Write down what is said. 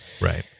Right